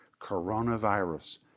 coronavirus